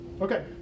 Okay